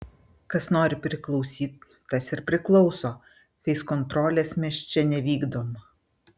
kas nori priklausyt tas ir priklauso feiskontrolės mes čia nevykdom